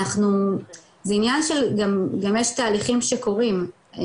זה עניין של גם יש תהליכים שקורים,